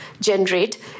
generate